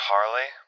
Harley